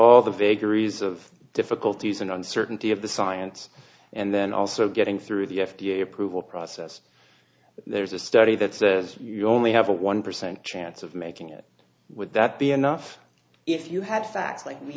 all the vagaries of difficulties and uncertainty of the science and then also getting through the f d a approval process there's a study that says you only have a one percent chance of making it would that be enough if you ha